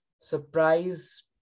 Surprise